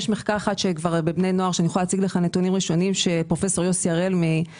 יש מחקר אחד בבני נוער של פרופ' יוסי הראל מאוניברסיטת